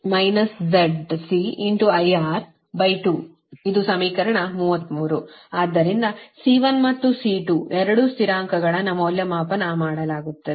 ಆದ್ದರಿಂದ C1 ಮತ್ತು C2 ಎರಡೂ ಸ್ಥಿರಾಂಕಗಳನ್ನು ಮೌಲ್ಯಮಾಪನ ಮಾಡಲಾಗುತ್ತದೆ